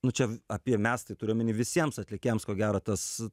nu čia apie mes tai turiu omeny visiems atlikėjams ko gero tas